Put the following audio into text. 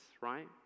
right